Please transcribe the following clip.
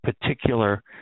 particular